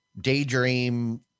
Daydream